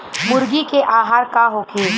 मुर्गी के आहार का होखे?